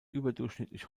überdurchschnittlich